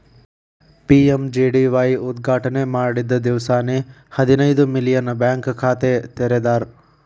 PMJDY ಉದ್ಘಾಟನೆ ಮಾಡಿದ್ದ ದಿವ್ಸಾನೆ ಹದಿನೈದು ಮಿಲಿಯನ್ ಬ್ಯಾಂಕ್ ಖಾತೆ ತೆರದಾರ್